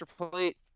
plate